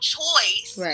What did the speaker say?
choice